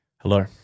Hello